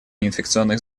неинфекционных